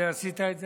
ועשית את זה,